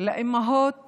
לאימהות